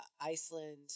Iceland